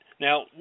Now